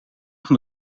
van